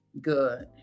Good